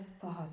Father